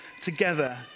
together